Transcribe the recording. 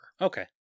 Okay